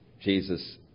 Jesus